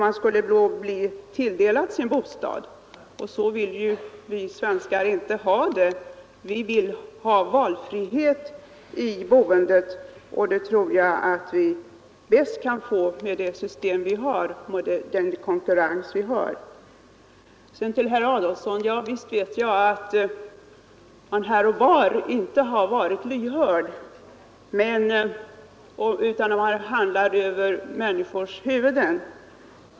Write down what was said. Man skulle då bli tilldelad sin bostad, och så vill ju vi svenskar inte ha det. Vi vill ha valfrihet i boendet, och det tror jag att vi bäst kan få med det system vi har och den konkurrens som sker. Sedan ett par ord till herr Adolfsson. Visst vet jag att man här och var inte har varit lyhörd utan handlar över människors huvuden.